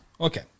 Okay